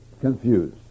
confused